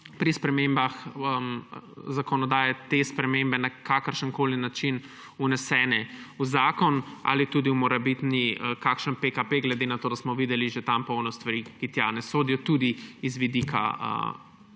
pri spremembah zakonodaje te spremembe na kakršenkoli način vnesene v zakon ali morebiti tudi v kakšen PKP, saj smo tam videli že polno stvari, ki tja ne sodijo, tudi z vidika vašega